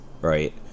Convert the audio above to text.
right